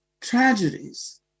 tragedies